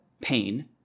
pain